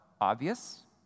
obvious